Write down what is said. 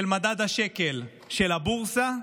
של מדד השקל, של הבורסה,